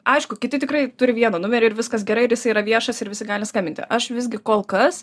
aišku kiti tikrai turi vieną numerį ir viskas gerai ir jis yra viešas ir visi gali skambinti aš visgi kol kas